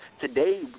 Today